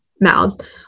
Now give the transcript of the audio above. mouth